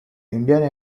indiana